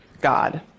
God